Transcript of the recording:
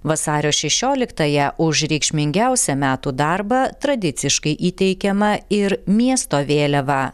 vasario šešioliktąją už reikšmingiausią metų darbą tradiciškai įteikiama ir miesto vėliava